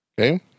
Okay